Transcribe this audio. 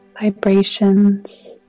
vibrations